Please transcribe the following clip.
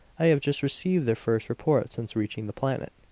i have just received their first report since reaching the planet.